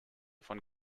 von